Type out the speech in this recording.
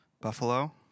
Buffalo